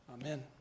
Amen